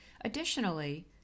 Additionally